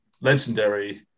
legendary